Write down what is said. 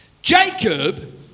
Jacob